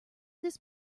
this